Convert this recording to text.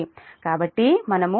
కాబట్టి మనము ఇక్కడ sin1 0